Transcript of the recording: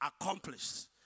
Accomplished